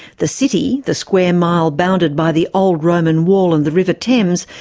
the city, the square mile bounded by the old roman wall and the river thames,